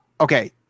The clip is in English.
okay